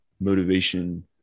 motivation